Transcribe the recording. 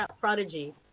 prodigy